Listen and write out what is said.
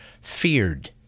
feared